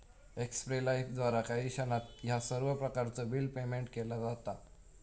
एक्स्पे लाइफद्वारा काही क्षणात ह्या सर्व प्रकारचो बिल पेयमेन्ट केला जाता